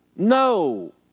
No